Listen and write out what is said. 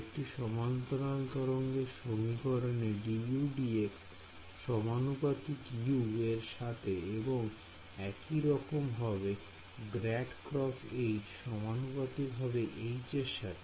একটি সমান্তরাল তরঙ্গর সমীকরণ এ dudx সমানুপাতিক u এর সাথে এবং একই রকম হবে ∇× H সমানুপাতিক হবে H এর সাথে